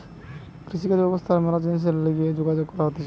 কৃষিকাজ ব্যবসা আর ম্যালা জিনিসের লিগে যে যোগাযোগ করা হতিছে